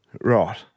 Right